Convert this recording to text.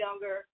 younger